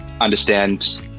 understand